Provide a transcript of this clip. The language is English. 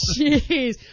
jeez